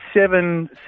seven